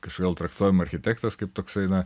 kažkodėl traktuojama architektas kaip toksai na